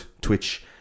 Twitch